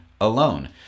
alone